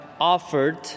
offered